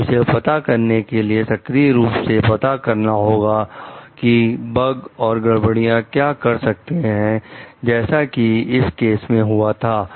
और उसे पता करने के लिए सक्रिय रूप से पता करना होता है कि बाघ और गड़बड़ियां क्या कर सकते हैं जैसा कि इस केस में हुआ था